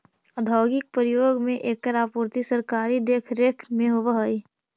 औद्योगिक प्रयोग में एकर आपूर्ति सरकारी देखरेख में होवऽ हइ